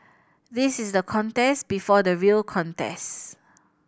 this is the contest before the real contest